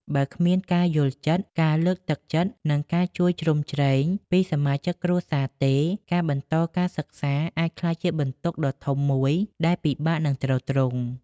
បើគ្មានការយល់ចិត្ត ការលើកទឹកចិត្ត និងការជួយជ្រោមជ្រែងពីសមាជិកគ្រួសារទេ ការបន្តការសិក្សាអាចក្លាយជាបន្ទុកដ៏ធំមួយដែលពិបាកនឹងទ្រទ្រង់។